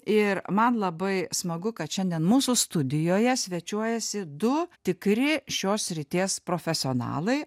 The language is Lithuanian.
ir man labai smagu kad šiandien mūsų studijoje svečiuojasi du tikri šios srities profesionalai